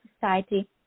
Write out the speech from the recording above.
society